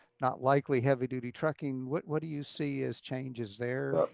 not likely heavy-duty trucking. what what do you see as changes there?